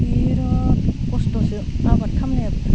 बिराद खस्थ'सो आबाद खालामनायाबो